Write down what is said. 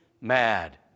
mad